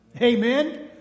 Amen